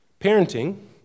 Parenting